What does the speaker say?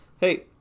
hey